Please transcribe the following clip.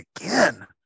again